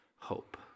hope